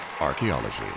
Archaeology